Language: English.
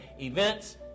Events